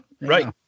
Right